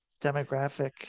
demographic